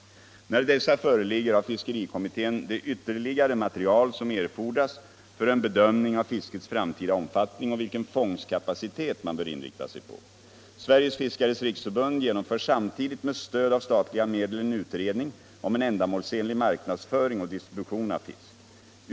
När dessa föreligger har fiskerikommittén det ytterligare material som erfordras för en bedömning av fiskets framtida omfattning och vilken fångstkapacitet man bör inrikta sig på. Sveriges fiskares riksförbund genomför samtidigt med stöd av statliga medel en utredning om en ändamålsenlig marknadsföring och distribution av fisk.